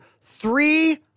three